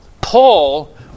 Paul